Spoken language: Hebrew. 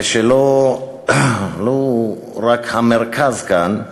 ולא רק הוא המרכז כאן,